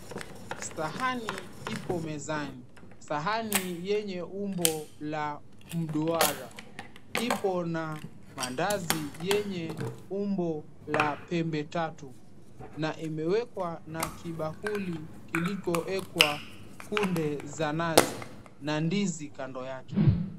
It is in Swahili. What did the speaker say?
Sahani ipo mezani; sahani yenye umbo ya mduara. Ipo na maandazi yenye umbo ya pembe tatu na imewekwa na kibakuli kilichoekwa kunde za nazi na ndizi kando yake.